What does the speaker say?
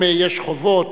אם יש חובות,